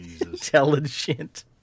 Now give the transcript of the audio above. intelligent